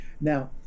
now